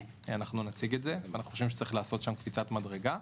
אנחנו נציג את זה ואנחנו חושבים שצריך לעשות שם קפיצת מדרגה.